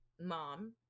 mom